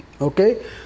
Okay